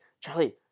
Charlie